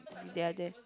they're there